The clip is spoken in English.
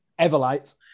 everlight